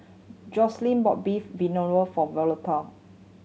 Joselyn bought Beef Vindaloo for